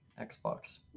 Xbox